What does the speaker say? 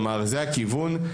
זה הכיוון.